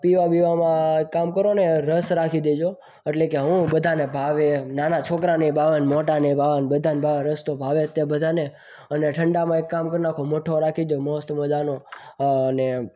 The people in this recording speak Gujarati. પીવા બીવામાં એક કામ કરોને રસ રાખી દેજોને એટલે કે હું બધાને ભાવે નાના છોકરાનેય ભાવે ને મોટાનેય ભાવે બધાને ભાવે રસ તો ભાવે જ તે બધાને અને ઠંડામાં એક કામ કરી નાખો મઠો રાખી દ્યો મસ્ત મજાનો અને